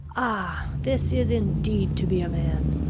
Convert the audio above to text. ah, this is indeed to be a man!